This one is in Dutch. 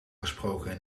gesproken